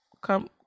come